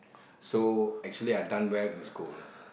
so actually I done well in school